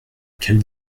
quelle